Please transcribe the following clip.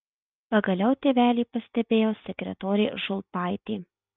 pagaliau tėvelį pastebėjo sekretorė žulpaitė